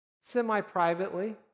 Semi-privately